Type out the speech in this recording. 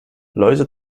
läuse